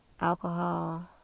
alcohol